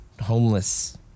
homeless